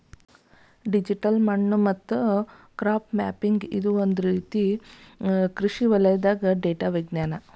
digital ಮಣ್ಣು ಮತ್ತು crop mapping ಇದು ಒಂದು ಕೃಷಿ ವಲಯದಲ್ಲಿ ಡೇಟಾ ವಿಜ್ಞಾನ